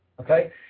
okay